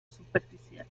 superficial